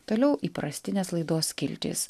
toliau įprastinės laidos skiltys